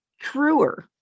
truer